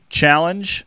challenge